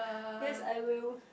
yes I will